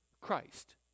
Christ